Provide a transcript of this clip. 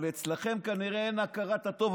אבל אצלכם כנראה אין הכרת הטוב.